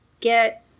get